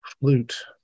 flute